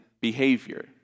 behavior